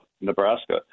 Nebraska